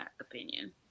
opinion